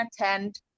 attend